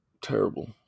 terrible